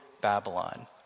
Babylon